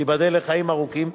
שייבדל לחיים ארוכים,